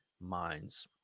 minds